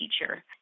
teacher